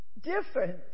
Different